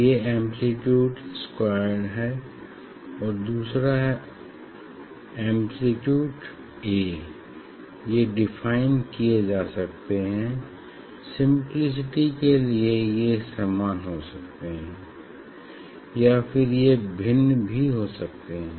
ये amplitude squared है और दूसरा है एम्प्लीट्यूड A ये डिफाइन किए जा सकते हैं सिम्पलिसिटी के लिए ये समान हो सकते हैं या फिर ये भिन्न भी हो सकते हैं